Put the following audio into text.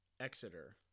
Exeter